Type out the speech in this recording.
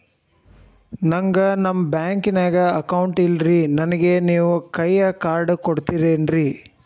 ನನ್ಗ ನಮ್ ಬ್ಯಾಂಕಿನ್ಯಾಗ ಅಕೌಂಟ್ ಇಲ್ರಿ, ನನ್ಗೆ ನೇವ್ ಕೈಯ ಕಾರ್ಡ್ ಕೊಡ್ತಿರೇನ್ರಿ?